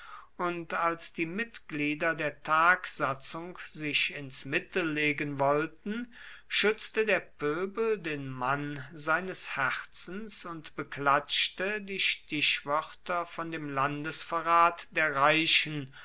und als die mitglieder der tagsatzung sich ins mittel legen wollten schützte der pöbel den mann seines herzens und beklatschte die stichwörter von dem landesverrat der reichen